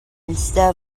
instead